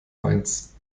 mainz